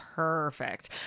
Perfect